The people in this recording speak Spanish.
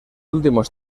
últimos